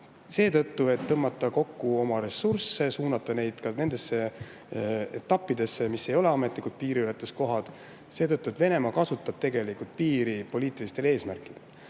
selleks, et tõmmata kokku oma ressursse ja suunata neid ka nendesse etappidesse, mis ei ole ametlikud piiriületuskohad, sest Venemaa kasutab piiri poliitilistel eesmärkidel.